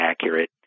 accurate